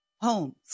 homes